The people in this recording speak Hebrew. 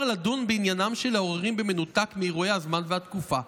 לדון בעניינם של העוררים במנותק מאירועי הזמן והתקופה,